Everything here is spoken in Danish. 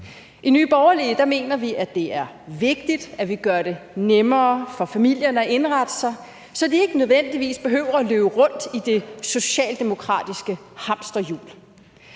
I Nye Borgerlige mener vi, at det er vigtigt, at vi gør det nemmere for familier at indrette sig, så de ikke nødvendigvis behøver at løbe rundt i det socialdemokratiske hamsterhjul.